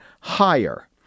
higher